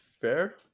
fair